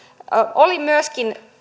oli myöskin